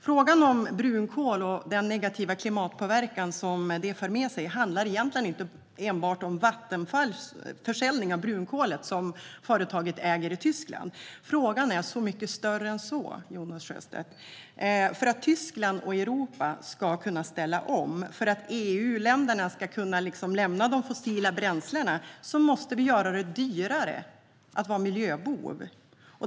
Frågan om brunkol och den negativa klimatpåverkan det för med sig handlar egentligen inte enbart om Vattenfalls försäljning av det brunkol företaget äger i Tyskland. Frågan är mycket större än så, Jonas Sjöstedt. För att Tyskland och Europa ska kunna ställa om och för att EU-länderna ska kunna lämna de fossila bränslena måste vi göra det dyrare att vara miljöbov.